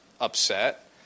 upset